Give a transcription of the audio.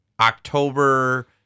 October